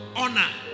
honor